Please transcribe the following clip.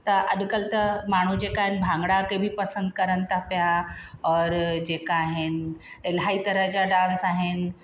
त अॼुकल्ह त माण्हू जेका आहिनि भांगड़ा खे बि पसंदि करनि था पिया और जेका आहिनि इलाही तरह जा डांस आहिनि